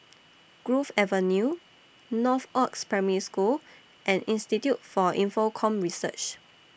Grove Avenue Northoaks Primary School and Institute For Infocomm Research